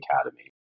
Academy